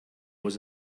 was